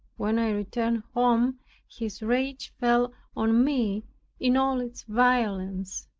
when i returned home his rage fell on me in all its violence.